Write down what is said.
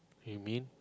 you mean